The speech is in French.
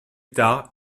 tard